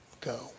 go